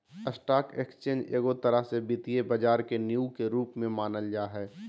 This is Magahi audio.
स्टाक एक्स्चेंज एगो तरह से वित्तीय बाजार के नींव के रूप मे मानल जा हय